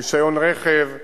רשיון רכב,